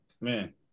Man